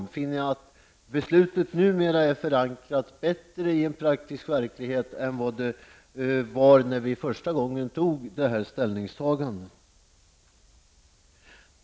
Jag finner att beslutet är bättre förankrat i den praktiska verkligheten nu än det var när vi första gången tog detta ställningstagande.